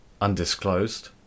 undisclosed